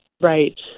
Right